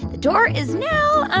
the door is now